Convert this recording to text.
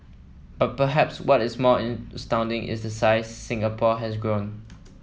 but perhaps what is more astounding is the size Singapore has grown